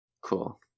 Cool